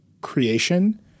creation